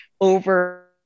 over